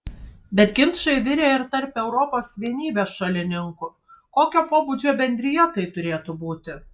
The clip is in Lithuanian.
bet ginčai virė ir tarp europos vienybės šalininkų kokio pobūdžio bendrija tai turėtų būti